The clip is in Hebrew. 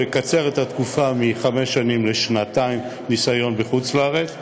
לקצר את התקופה מחמש שנים לשנתיים ניסיון בחוץ-לארץ,